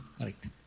Correct